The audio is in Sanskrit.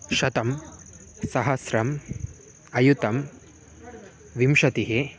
शतं सहस्रम् अयुतं विंशतिः